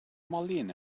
marleen